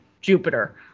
Jupiter